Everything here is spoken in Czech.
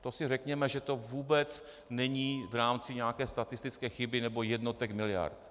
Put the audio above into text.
To si řekněme, že to vůbec není v rámci nějaké statistické chyby nebo jednotek miliard.